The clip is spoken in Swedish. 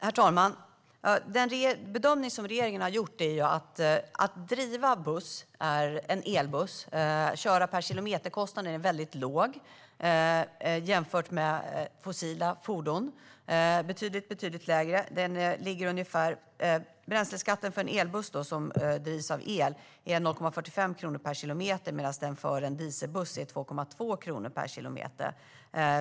Herr talman! Den bedömning som regeringen har gjort är att kilometerkostnaden för en elbuss är betydligt lägre än för fordon som drivs med fossila bränslen. Bränsleskatten för en elbuss är 0,45 kronor per kilometer, medan den för en dieselbuss är 2,20 kronor per kilometer.